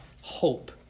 hope